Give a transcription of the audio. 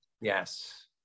Yes